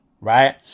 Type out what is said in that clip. right